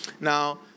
Now